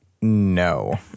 No